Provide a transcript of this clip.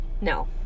No